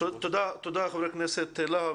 תודה חבר הכנסת להב.